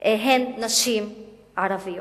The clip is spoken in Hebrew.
הם נשים ערביות.